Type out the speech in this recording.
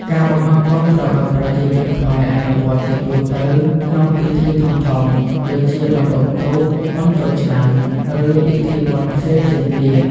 ការបង្ហោះគោមត្រូវបានប្រជាជនខ្មែរអនុវត្តន៍ជាទូទៅក្នុងពិធីបុណ្យធំៗ ដូចជាបុណ្យអុំទូក បុណ្យចូលឆ្នាំ ឬពិធីបុណ្យផ្សេងៗទៀត។